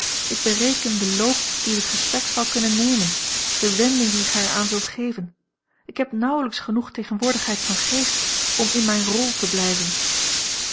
ik bereken den loop dien het gesprek zal kunnen nemen de wending die gij er aan zult geven ik heb nauwelijks genoeg tegenwoordigheid van geest om in mijne rol te blijven